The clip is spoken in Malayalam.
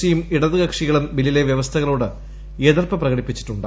സി യും ഇടതു കക്ഷികളും ബില്ലിലെ വ്യവസ്ഥകളോട് എതിർപ്പ് പ്രകടിപ്പിച്ചിട്ടുണ്ട്